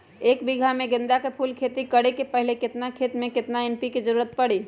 एक बीघा में गेंदा फूल के खेती करे से पहले केतना खेत में केतना एन.पी.के के जरूरत परी?